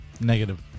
Negative